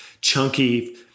chunky